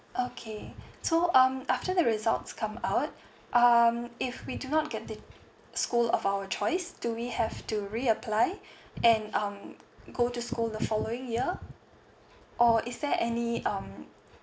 okay so um after the results come out um if we do not get the school of our choice do we have to reapply and um go to school the following year or is there any um